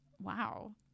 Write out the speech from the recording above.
Wow